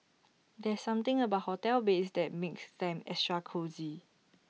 there's something about hotel beds that makes them extra cosy